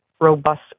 robust